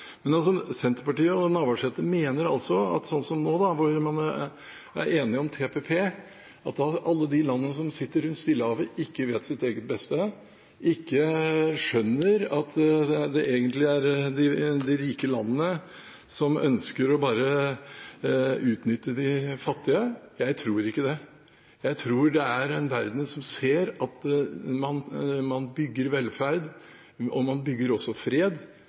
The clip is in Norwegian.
Senterpartiet og Navarsete mener altså at sånn som nå, hvor man er enige om TPP, vet ikke alle de landene som sitter rundt Stillehavet sitt eget beste, de skjønner ikke at det egentlig er de rike landene som bare ønsker å utnytte de fattige. Jeg tror ikke det. Jeg tror det er en verden som ser at man bygger velferd, og man bygger også fred,